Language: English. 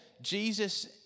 Jesus